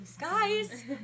guys